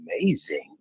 amazing